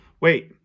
wait